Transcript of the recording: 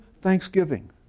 thanksgiving